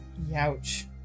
Youch